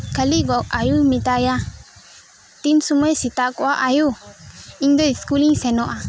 ᱠᱷᱟᱹᱞᱤ ᱜᱚ ᱟᱭᱳᱧ ᱢᱮᱛᱟᱭᱟ ᱛᱤᱱ ᱥᱚᱢᱚᱭ ᱥᱮᱛᱟᱜᱚᱜᱼᱟ ᱟᱭᱳ ᱤᱧ ᱫᱚ ᱥᱠᱩᱞᱤᱧ ᱥᱮᱱᱚᱜᱼᱟ